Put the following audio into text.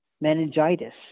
meningitis